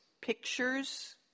pictures